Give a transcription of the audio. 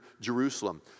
Jerusalem